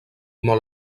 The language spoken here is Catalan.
molt